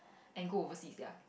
and go overseas ya